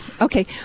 Okay